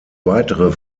weitere